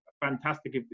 fantastic